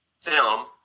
film